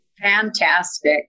Fantastic